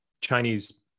Chinese